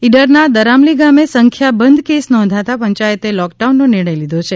ઈડર ના દરામલી ગામે સંખ્યાબંધ કેસ નોંધાતા પંયાયતે લોક ડાઉન નો નિર્ણય લીધો છે